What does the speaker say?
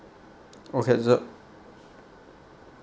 okay so